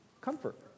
Comfort